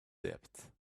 debt